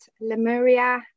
Lemuria